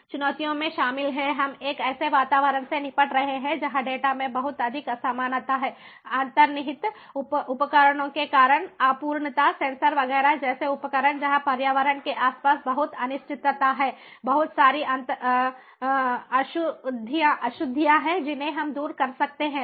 चुनौतियों में शामिल हैं हम एक ऐसे वातावरण से निपट रहे हैं जहां डेटा में बहुत अधिक असमानता है अंतर्निहित उपकरणों के कारण अपूर्णता सेंसर वगैरह जैसे उपकरण जहां पर्यावरण के आसपास बहुत अनिश्चितता है बहुत सारी अशुद्धियां हैं जिन्हें हम दूर रख सकते हैं